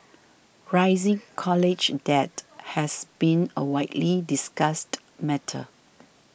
rising college debt has been a widely discussed matter